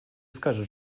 скажет